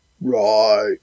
Right